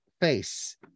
face